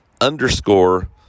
underscore